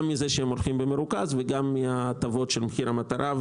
מזה שהם הולכים במרוכז וגם מהטבות של מחיר המטרה.